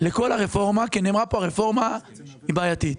לכל הרפורמה כי נאמר כאן שהרפורמה היא בעייתית.